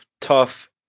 tough